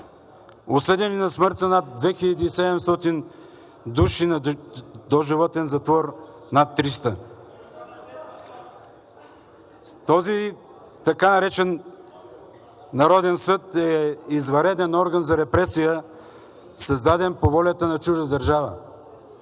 осъдени на смърт са над 2700 души, а на доживотен затвор – над 300. Този така наречен Народен съд е извънреден орган за репресия, създаден по волята на чужда държава.